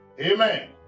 Amen